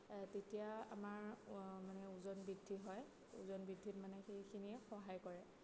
তেতিয়া আমাৰ মানে ওজন বৃদ্ধি হয় ওজন বৃদ্ধিত মানে সেইখিনিয়ে সহায় কৰে